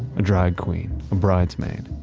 a drag queen, a bridesmaid,